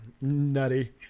nutty